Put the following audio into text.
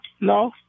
no